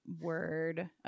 word